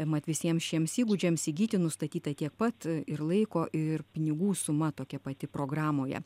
mat visiem šiems įgūdžiams įgyti nustatyta tiek pat ir laiko ir pinigų suma tokia pati programoje